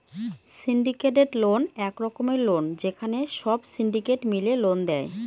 syndicated loan এক রকমের loan যেখানে সব সিন্ডিকেট মিলে লোন দেয়